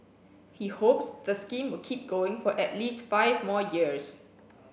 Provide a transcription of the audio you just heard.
he hopes the scheme will keep going for at least five more years